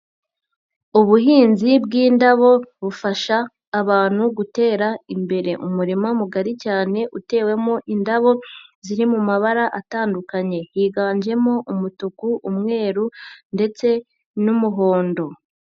Ubuhinzi bw'indabo bufasha abantu gutera imbere, umurima mugari cyane utewemo indabo ziri mu mabara atandukanye higanjemo umutuku, umweru ndetse n'umuhondo.